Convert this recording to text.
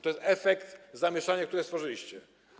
To jest efekt zamieszania, które stworzyliście.